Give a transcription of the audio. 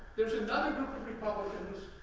there's another group of republicans,